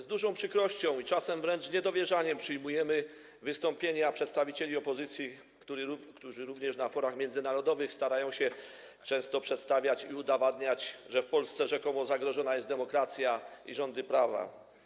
Z dużą przykrością, czasem wręcz z niedowierzaniem, przyjmujemy wystąpienia przedstawicieli opozycji, którzy również na forach międzynarodowych często starają się przedstawiać, udowadniać, że w Polsce rzekomo zagrożona jest demokracja i rządy prawa.